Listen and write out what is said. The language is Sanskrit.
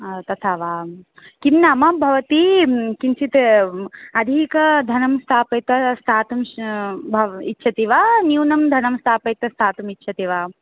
तथा वा किन्नाम भवती किंचित् अधिक धनं स्थापयित्वा स्थातुं भव् इच्छति वा न्यूनं धनं स्थापयित्वा स्थातुम् इच्छति वा